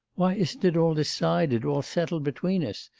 why isn't it all decided, all settled between us?